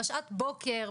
בשעות הבוקר,